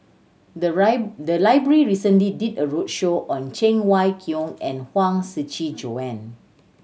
the the library recently did a roadshow on Cheng Wai Keung and Huang Shiqi Joan